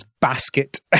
basket